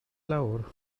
lawr